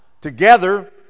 Together